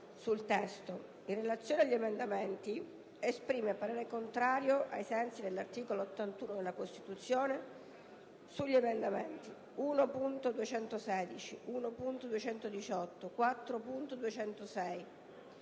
sul testo. In relazione agli emendamenti, esprime parere contrario, ai sensi dell'articolo 81 della Costituzione, sugli emendamenti 1.216, 1.218, 4.206,